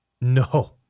No